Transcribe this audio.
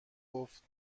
گفت